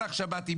סאלח שבתי.